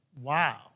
wow